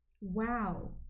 Wow